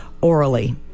orally